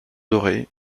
dorée